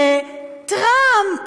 יהיה טראמפ.